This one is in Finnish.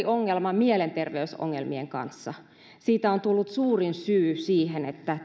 ongelma mielenterveysongelmien kanssa siitä on tullut suurin syy siihen että